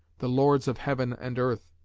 the lords of heaven and earth,